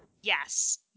Yes